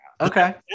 okay